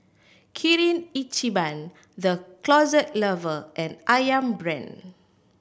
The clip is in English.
Kirin Ichiban The Closet Lover and Ayam Brand